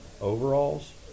overalls